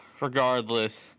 Regardless